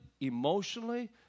emotionally